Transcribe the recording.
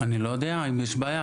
אני לא יודע אם יש בעיה,